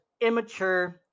immature